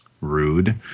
rude